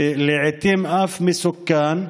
ולעיתים אף מסוכן,